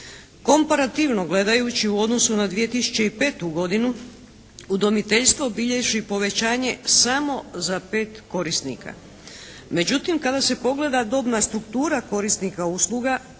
Komparativno gledajući u odnosu na 2005. godinu udomiteljstvo bilježi povećanje samo za pet korisnika. Međutim kada se pogleda dobna struktura korisnika usluga,